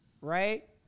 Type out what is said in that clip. right